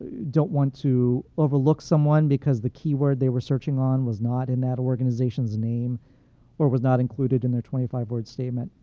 don't want to overlook someone because the keyword they were searching on was not in that organization's name or was not included in their twenty five word statement,